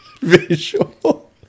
visual